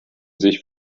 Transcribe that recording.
sich